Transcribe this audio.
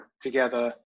together